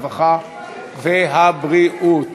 הרווחה והבריאות